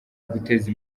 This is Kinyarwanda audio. uguteza